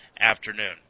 afternoon